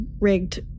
rigged